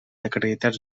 acreditats